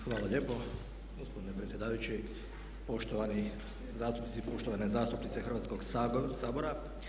Hvala lijepo gospodine predsjedavajući, poštovani zastupnici i poštovane zastupnice Hrvatskog sabora.